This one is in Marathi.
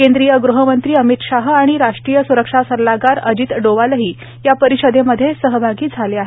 केंद्रीय गृहमंत्री अमित शाह आणि राष्ट्रीय स्रक्षा सल्लागार अजित डोवालही या परिषदेमधे सहभागी झाले आहेत